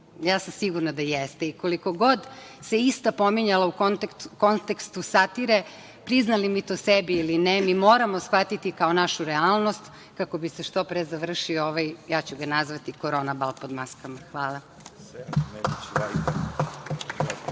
sam da jeste. Koliko god se ista pominjala u kontekstu satire, priznali mi to sebi ili ne, moramo je shvatiti kao našu realnost kako bi se što pre završio, ja ću ga nazvati, korona bal pod maskama. Hvala.